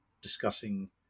discussing